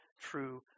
true